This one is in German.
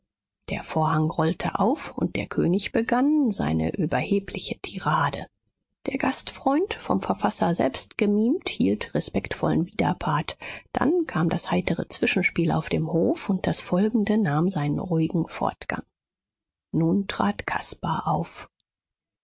der vorhang rollte auf und der könig begann seine überhebliche tirade der gastfreund vom verfasser selbst gemimt hielt respektvollen widerpart dann kam das heitere zwischenspiel auf dem hof und das folgende nahm seinen ruhigen fortgang nun trat caspar auf